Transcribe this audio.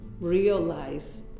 realize